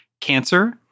cancer